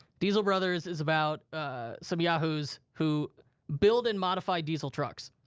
diesel brothers is about some yahoos who build and modify diesel trucks.